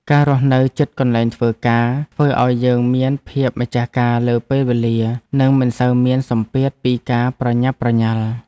ការរស់នៅជិតកន្លែងធ្វើការធ្វើឱ្យយើងមានភាពម្ចាស់ការលើពេលវេលា និងមិនសូវមានសម្ពាធពីការប្រញាប់ប្រញាល់។